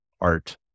art